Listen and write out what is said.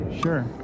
sure